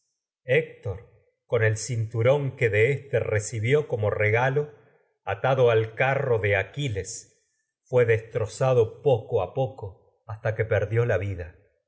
héctor con el cinturón que de éste recibió regalo a poco atado al carro de aquiles y fué destrozado poco hasta que perdió la vida